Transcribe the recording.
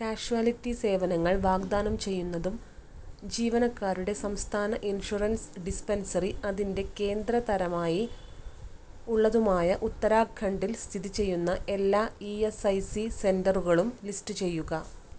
casualty സേവനങ്ങൾ വാഗ്ദാനം ചെയ്യുന്നതും ജീവനക്കാരുടെ സംസ്ഥാന ഇൻഷുറൻസ് ഡിസ്പെൻസറി അതിൻ്റെ കേന്ദ്രതരമായി ഉള്ളതുമായ ഉത്തരാഖണ്ഡിൽ സ്ഥിതിചെയ്യുന്ന എല്ലാ ഇ എസ് ഐ സി സെൻററുകളും ലിസ്റ്റ് ചെയ്യുക